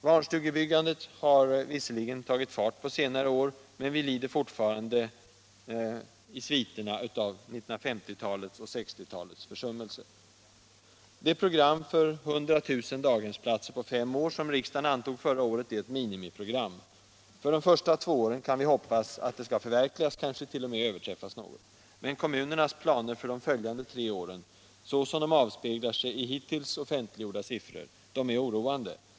Barnstugebyggandet har visserligen tagit fart på senare år, men vi lider fortfarande av sviterna av 1950 och 1960-talens försummelser. Det program för 100 000 daghemsplatser på fem år, som riksdagen antog förra året, är ett minimiprogram. För de två första åren kan vi hoppas att det skall förverkligas, kanske t.o.m. överträffas något. Men kommunernas planer för de följande tre åren, så som de avspeglar sig i hittills offentliggjorda siffror, är oroande.